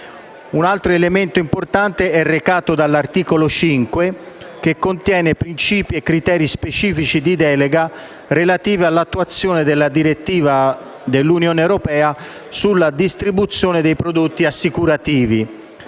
Un altro elemento importante è recato dall'articolo 5, che contiene princìpi e criteri specifici di delega relativi all'attuazione della direttiva dell'Unione europea sulla distribuzione dei prodotti assicurativi.